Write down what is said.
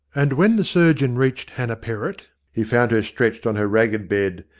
and when the surgeon reached hannah perrott he found her stretched on her ragged bed,